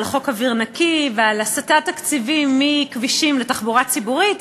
על חוק אוויר נקי ועל הסטת תקציבים מכבישים לתחבורה ציבורית,